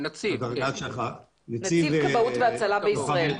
נציב כבאות והצלה לישראל,